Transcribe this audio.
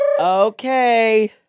Okay